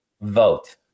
vote